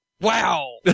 Wow